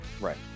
Right